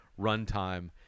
runtime